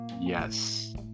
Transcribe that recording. yes